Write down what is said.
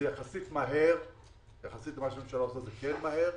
יחסית למה שהממשלה עושה זה כן מהר,